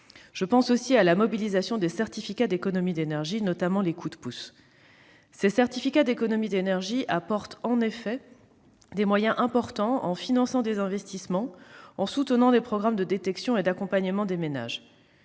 Je pense aussi à la mobilisation des certificats d'économies d'énergie, notamment les « Coups de pouce ». Ces certificats d'économies d'énergie apportent des moyens importants, en finançant des investissements et en soutenant des programmes de détection et d'accompagnement des ménages.